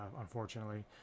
unfortunately